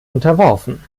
unterworfen